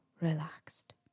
relaxed